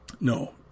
no